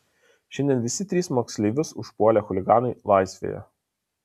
šiandien visi trys moksleivius užpuolę chuliganai laisvėje